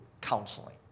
counseling